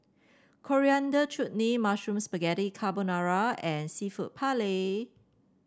Coriander Chutney Mushroom Spaghetti Carbonara and seafood Paella